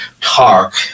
talk